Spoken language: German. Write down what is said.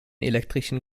elektrischen